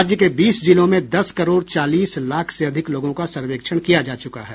राज्य के बीस जिलों में दस करोड़ चालीस लाख से अधिक लोगों का सर्वेक्षण किया जा चुका है